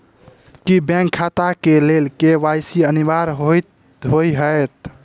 की bank खाता केँ लेल के.वाई.सी अनिवार्य होइ हएत?